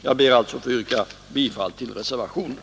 Jag ber alltså att få yrka bifall till reservationen E.